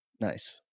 Nice